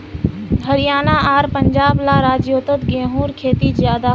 हरयाणा आर पंजाब ला राज्योत गेहूँर खेती ज्यादा होछे